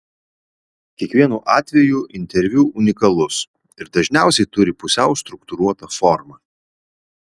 kiekvienu atveju interviu unikalus ir dažniausiai turi pusiau struktūruotą formą